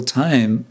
time